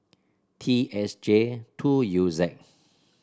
T S J two U Z